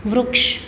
વૃક્ષ